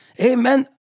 Amen